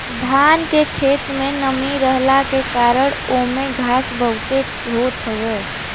धान के खेत में नमी रहला के कारण ओमे घास बहुते होत हवे